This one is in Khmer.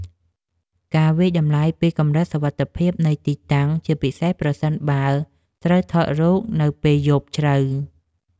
ការវាយតម្លៃពីកម្រិតសុវត្ថិភាពនៃទីតាំង ជាពិសេសប្រសិនបើត្រូវថតរូបនៅពេលយប់ជ្រៅ។